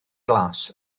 glas